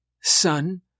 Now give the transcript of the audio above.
Son